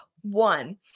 one